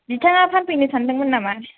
नोंथाङा फानफैनो सान्दोंमोन नामा